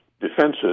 defenses